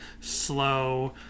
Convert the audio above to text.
slow